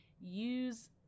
use